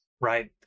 Right